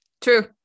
true